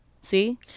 See